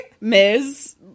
Ms